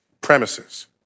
premises